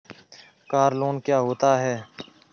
Car loan क्या होता है?